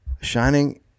Shining